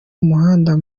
umuhanda